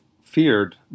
feared